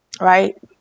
right